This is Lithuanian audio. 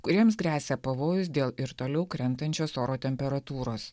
kuriems gresia pavojus dėl ir toliau krentančios oro temperatūros